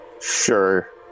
Sure